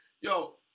Yo